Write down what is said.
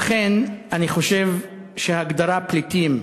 אכן אני חושב שההגדרה "פליטים"